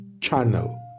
channel